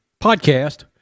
podcast